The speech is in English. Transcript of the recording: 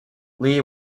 lee